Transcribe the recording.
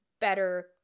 better